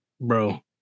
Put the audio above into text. bro